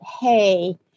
hey